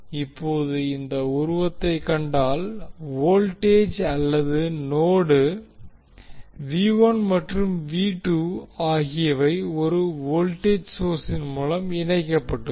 இப்போது இந்த உருவத்தைக் கண்டால் வோல்டேஜ் அல்லது நோடு மற்றும் ஆகியவை ஒரு வோல்டேஜ் சோர்ஸின் மூலம் இணைக்கப்பட்டுள்ளன